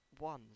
ones